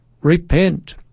Repent